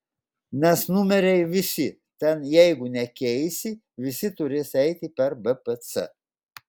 nes numeriai visi ten jeigu nekeisi visi turės eiti per bpc